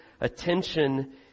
attention